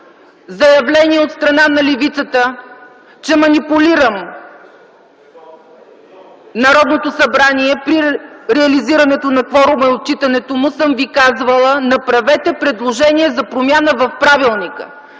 заявление от страна на левицата, че манипулирам Народното събрание при реализирането на кворума и отчитането му, съм Ви казвала: направете предложение за промяна в правилника.